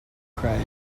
cried